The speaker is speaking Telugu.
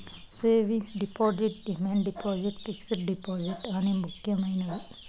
savings deposit demand deposit fixed deposit అనే ముక్యమైనది